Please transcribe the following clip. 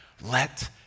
Let